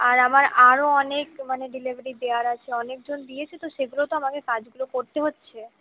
আর আমার আরও অনেক মানে ডেলিভারি দেওয়ার আছে অনেকজন দিয়েছে তো সেগুলো তো আমাকে কাজগুলো করতে হচ্ছে